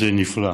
וזה נפלא.